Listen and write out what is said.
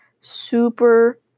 super